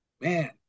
man